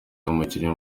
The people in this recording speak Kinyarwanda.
umukinnyi